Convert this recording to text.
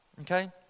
Okay